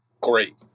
great